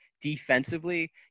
defensively